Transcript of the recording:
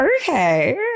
okay